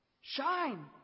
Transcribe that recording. shine